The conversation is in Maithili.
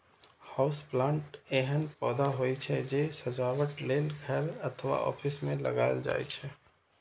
हाउस प्लांट एहन पौधा होइ छै, जे सजावट लेल घर अथवा ऑफिस मे लगाएल जाइ छै